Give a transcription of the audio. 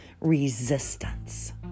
resistance